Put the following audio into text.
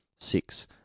six